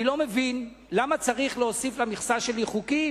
אני לא מבין למה צריך להוסיף למכסה שלי חוקים